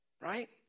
right